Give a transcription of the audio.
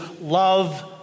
love